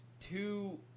two